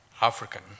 African